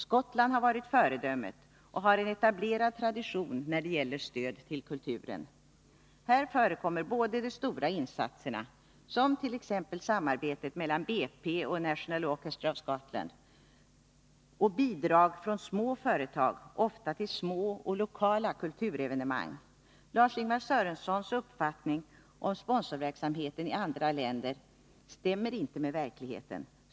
Skottland har varit föredömet och har en etablerad tradition när det gäller stöd till kulturen. Här förekommer både de stora insatserna, som t.ex. samarbetet mellan BP och National Orchestra of Scotland, och bidrag från små företag, ofta till små och lokala kulturevenemang. Lars-Ingvar Sörensons uppfattning om sponsorverksamheten i andra länder stämmer inte med verkligheten.